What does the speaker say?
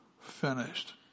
finished